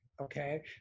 okay